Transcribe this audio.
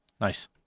Nice